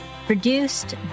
Produced